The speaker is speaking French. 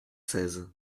seize